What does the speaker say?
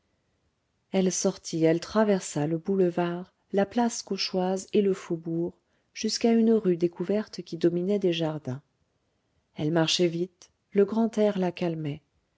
elle sortit elle traversa le boulevard la place cauchoise et le faubourg jusqu'à une rue découverte qui dominait des jardins elle marchait vite le grand air la calmait